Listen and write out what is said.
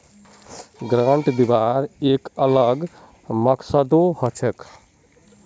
grant दिबार एक अलग मकसदो हछेक